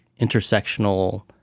intersectional